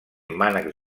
mànecs